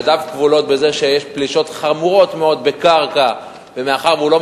ידיו כבולות בזה שיש פלישות חמורות מאוד בקרקע ומאחר שהוא לא